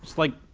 like,